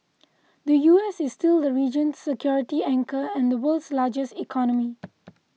the U S is still the region's security anchor and the world's largest economy